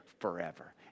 forever